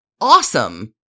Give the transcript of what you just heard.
Awesome